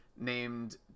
named